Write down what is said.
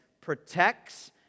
protects